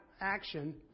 action